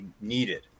needed